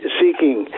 seeking